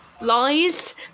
lies